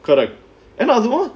correct அதுலாம்:athulaam